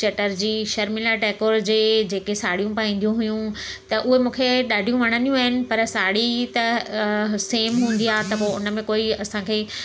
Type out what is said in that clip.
मौसमी चटर्जी शर्मिला टैगोर जे जेके साड़ियूं पाईंदियूं हुयूं त उहे मूंखे ॾाढियूं वणंदियूं आहिनि पर साड़ी त अ सेम हूंदी आहे त पोइ उन में कोई असांखे